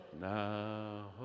now